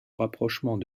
rapprochement